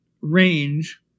range